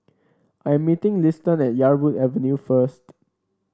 I am meeting Liston at Yarwood Avenue first